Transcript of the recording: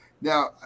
Now